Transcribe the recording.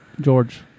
George